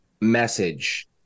message